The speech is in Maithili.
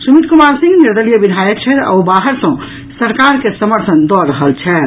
सुमित कुमार सिंह निर्दलीय विधायक छथि आ ओ बाहर सॅ सरकार के समर्थन दऽ रहल छथि